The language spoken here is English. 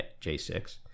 J6